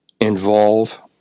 involve